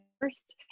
first